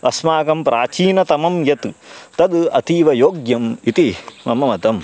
अस्माकं प्राचीनतमं यत् तद् अतीव योग्यम् इति मम मतम्